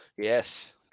Yes